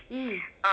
mm